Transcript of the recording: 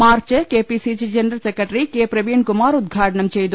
March K P C C general secretary K Praveenkumar ഉദ്ഘാടനം ചെയ്തു